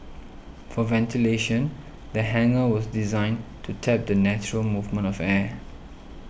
for ventilation the hangar was designed to tap the natural movement of air